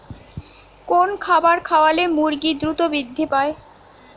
কোন খাবার খাওয়ালে মুরগি দ্রুত বৃদ্ধি পায়?